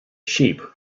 sheep